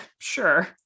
sure